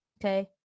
Okay